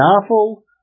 Novel